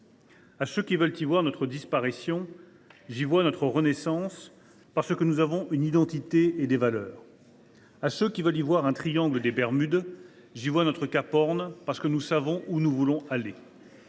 À ceux qui veulent y voir notre disparition, je réponds que j’y vois notre renaissance, parce que nous avons une identité et des valeurs. « À ceux qui veulent y voir un triangle des Bermudes, je réponds que j’y vois un cap Horn, parce que nous savons où nous voulons aller.